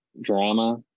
drama